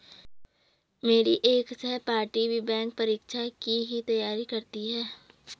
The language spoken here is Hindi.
मेरी एक सहपाठी भी बैंक परीक्षा की ही तैयारी करती है